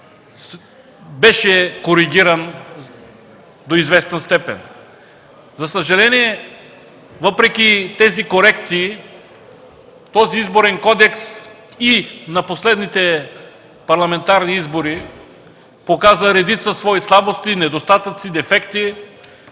беше коригиран до известна степен. За съжаление, въпреки тези корекции този Изборен кодекс и на последните парламентарни избори показа редица свои слабости, недостатъци, дефекти